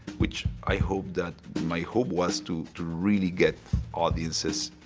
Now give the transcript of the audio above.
which, i hope that. my hope was to really get audiences